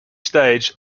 stage